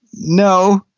no.